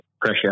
pressure